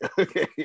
okay